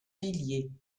villiers